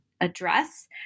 address